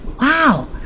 wow